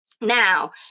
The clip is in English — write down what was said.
Now